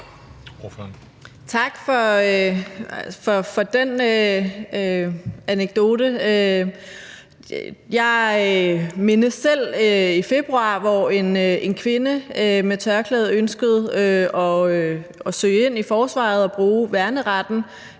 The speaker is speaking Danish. Tak for den anekdote. Jeg mindes selv i februar, hvor en kvinde med tørklæde ønskede at søge ind i forsvaret og bruge værneretten